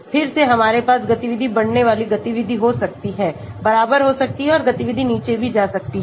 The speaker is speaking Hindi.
फिर से हमारे पास गतिविधि बढ़ाने वाली गतिविधि हो सकती है बराबर हो सकती है और गतिविधि नीचे भी जा सकती है